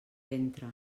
ventre